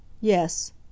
Yes